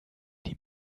die